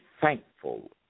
thankful